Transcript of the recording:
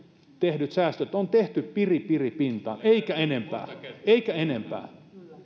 tehdyt säästöt on tehty piripintaan eikä tehdä enempää